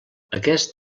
aquest